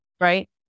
right